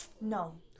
No